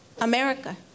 America